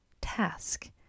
task